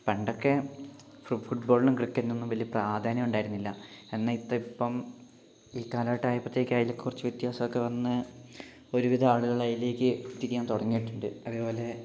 പണ്ടൊക്കെ ഫുട്ബോളിനും ക്രിക്കറ്റിനൊന്നും വലിയ പ്രാധാന്യം ഉണ്ടായിരുന്നില്ല എന്നാൽ ഇത്ര ഇപ്പം ഈ കാലഘട്ടം ആയപ്പോഴത്തേക്ക് അതില് കുറച്ചു വ്യത്യാസം ഒക്കെ വന്ന് ഒരു വിധം ആളുകൾ അതിലേക്ക് എത്തിക്കാൻ തുടങ്ങിയിട്ടുണ്ട് അതേപോലെ